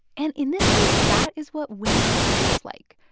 and in this case, that is what winning looks like.